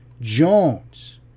Jones